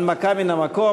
הנמקה מן המקום.